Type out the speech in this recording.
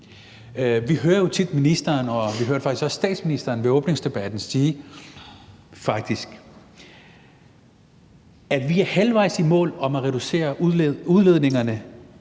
Vi hører jo tit ministeren, og vi hørte faktisk også statsministeren ved åbningsdebatten sige, at vi er halvvejs i mål med at reducere udledningerne